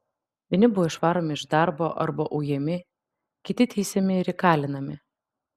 vieni buvo išvaromi iš darbo arba ujami kiti teisiami ir įkalinami